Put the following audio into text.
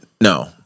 no